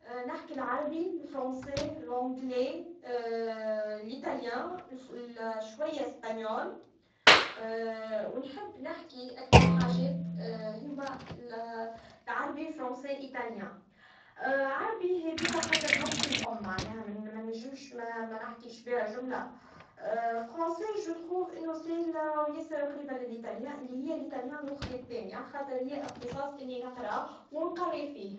نقدر نتكلم العربية والتونسية، ونتفهم الإنجليزية شوية. نحب نتكلم بها لأنها تفتح لي أبواب جديدة وتخليني نتواصل مع الناس من ثقافات مختلفة. زادة، نحب نتعلم الفرنسية لأنها مهمة في حياتنا اليومية في تونس.